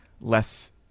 less